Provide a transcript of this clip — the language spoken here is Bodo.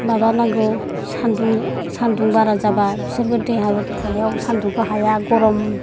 माबानांगौ सान्दुं बारा जाब्ला बिसोरबो देहायाव थानायाव सान्दुंखौ हाया गरम